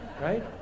right